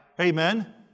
Amen